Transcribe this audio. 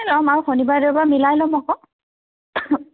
এই যাম আৰু শনিবাৰ দেওবাৰ মিলাই ল'ম আকৌ